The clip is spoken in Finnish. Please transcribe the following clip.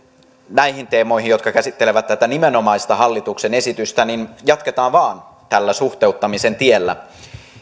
näihin teemoihin jotka käsittelevät tätä nimenomaista hallituksen esitystä niin jatketaan vain tällä suhteuttamisen tiellä